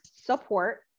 support